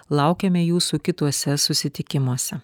laukiame jūsų kituose susitikimuose